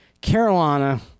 Carolina